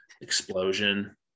explosion